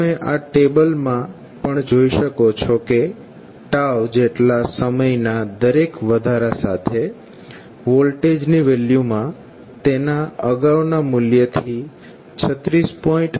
તમે આ ટેબલમાં પણ જોઈ શકો છો કે જેટલા સમયના દરેક વધારા સાથે વોલ્ટેજની વેલ્યુમાં તેના અગાઉના મૂલ્યથી 36